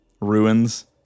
ruins